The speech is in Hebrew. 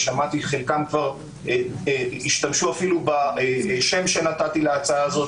ושמעתי שחלקם אפילו השתמשו בשם שנתתי להצעה הזאת,